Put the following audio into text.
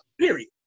Period